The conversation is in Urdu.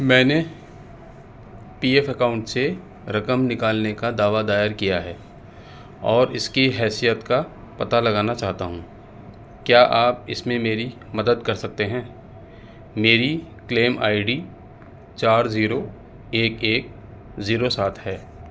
میں نے پی ایف اکاؤنٹ سے رقم نکالنے کا دعوی دائر کیا ہے اور اس کی حیثیت کا پتہ لگانا چاہتا ہوں کیا آپ اس میں میری مدد کر سکتے ہیں میری کلیم آئی ڈی چار زیرو ایک ایک زیرو سات ہے